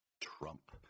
Trump